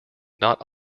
not